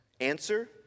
Answer